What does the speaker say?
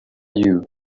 you